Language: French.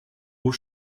aux